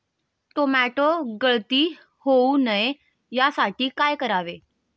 Tomato गळती होऊ नये यासाठी काय करावे?